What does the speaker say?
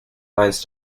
lines